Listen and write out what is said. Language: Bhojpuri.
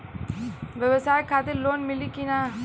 ब्यवसाय खातिर लोन मिली कि ना?